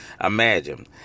Imagine